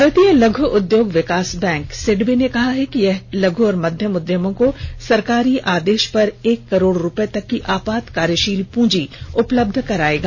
भारतीय लघ् उद्योग विकास बैंक सिडबी ने कहा है कि वह लघ् और मध्यम उद्यमों को सरकारी आदेश पर एक करोड़ रूपए तक की आपात कार्यशील पूंजी उपलब्ध कराएगा